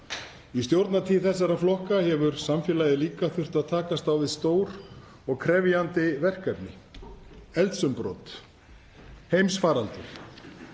Í stjórnartíð þessara flokka hefur samfélagið líka þurft að takast á við stór og krefjandi verkefni. Eldsumbrot. Heimsfaraldur.